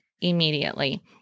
immediately